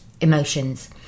emotions